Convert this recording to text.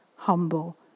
Humble